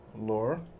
lore